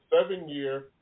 seven-year